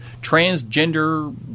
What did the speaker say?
transgender